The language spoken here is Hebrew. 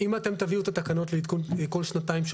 אם אתם תביאו את התקנות לעדכון כל שנתיים,